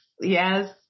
Yes